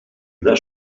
una